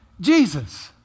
Jesus